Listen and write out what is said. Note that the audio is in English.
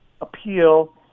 appeal